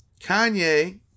Kanye